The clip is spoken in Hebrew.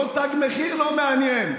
לא תג מחיר, לא מעניין.